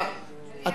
מליאה.